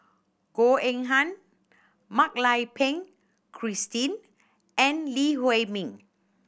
Goh Eng Han Mak Lai Peng Christine and Lee Huei Min